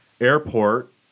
airport